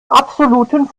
absoluten